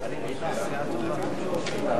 הממשלה מתנגדת להצעת החוק,